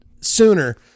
sooner